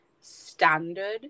standard